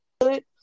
good